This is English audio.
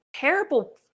terrible